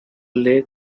lake